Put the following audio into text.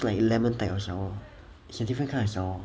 like lemon type of sour it's a different kind of sour